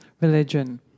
religion